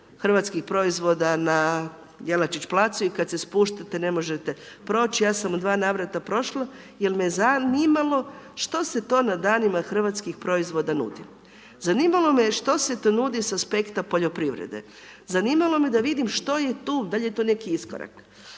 hrvatskih proizvoda na Jelačić placu i kad se spuštate, ne možete proći, ja sam u dva navrata prošla jer me zanimalo što se to na danima hrvatskih proizvoda nudi. Zanimalo me što se to nudi sa aspekta poljoprivrede, zanimalo me da vidimo što je tu, da li je to neki iskorak.